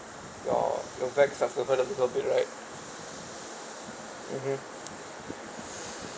your your back a little bit right mmhmm